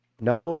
No